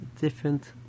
different